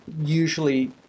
usually